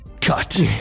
Cut